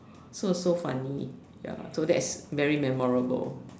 so so funny ya so that's very memorable